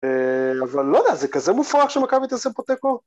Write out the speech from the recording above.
‫אבל אני לא יודע, זה כזה מופרך ‫שמכבי תעשה פה תיקו?